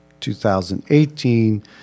2018